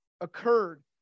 occurred